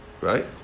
right